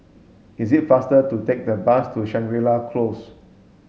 is it faster to take the bus to Shangri La Close